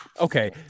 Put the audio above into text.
Okay